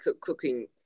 cooking